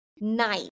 night